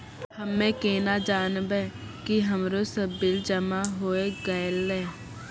हम्मे केना जानबै कि हमरो सब बिल जमा होय गैलै?